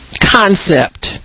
concept